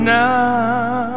now